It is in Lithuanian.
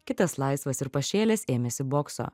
kitas laisvas ir pašėlęs ėmėsi bokso